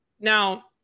now